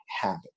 habit